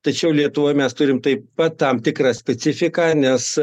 tačiau lietuvoj mes turime taip pat tam tikrą specifiką nes